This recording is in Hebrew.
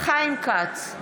חיים כץ,